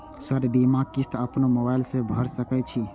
Sir बीमा किस्त अपनो मोबाईल से भर सके छी?